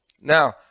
now